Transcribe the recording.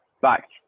back